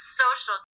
social